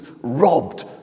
robbed